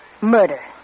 murder